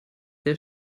der